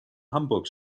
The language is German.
hamburg